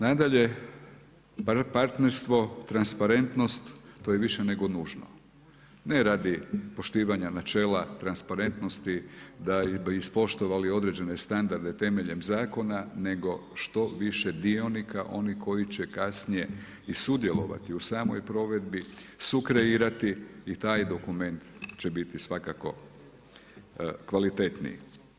Nadalje, partnerstvo, transparentnost to je više nego nužno, ne radi poštivanja načela transparentnosti da bi ispoštovali određene standarde temeljem zakona nego što više dionika onih koji će kasnije i sudjelovati u samoj provedbi, sukreirati i taj dokument će biti svakako kvalitetniji.